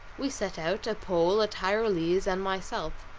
we set out a pole, a tyrolese, and myself.